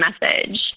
message